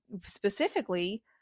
specifically